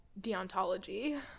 deontology